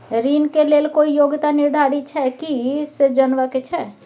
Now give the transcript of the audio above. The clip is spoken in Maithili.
ऋण के लेल कोई योग्यता निर्धारित छै की से जनबा के छै?